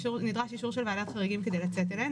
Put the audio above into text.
אישור של ועדת החריגים כדי לצאת אליהן.